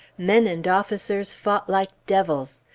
men and officers fought like devils.